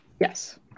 Yes